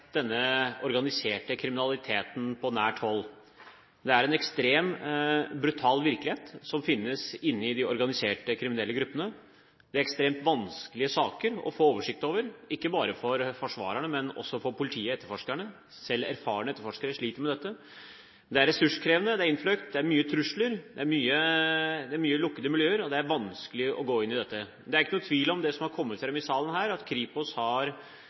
denne organiserte kriminaliteten på nært hold. Det er en ekstrem, brutal virkelighet som finnes inne i de organiserte kriminelle gruppene. Det er ekstremt vanskelige saker å få oversikt over, ikke bare for forsvarerne, men også for politiet og etterforskerne. Selv erfarne etterforskere sliter med dette. Det er ressurskrevende, det er innfløkt, det er mye trusler, det er mye lukkede miljøer, og det er vanskelig å gå inn i dette. Det er ikke noen tvil om det som har kommet fram her i salen, at Kripos